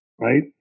right